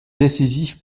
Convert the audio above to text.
décisif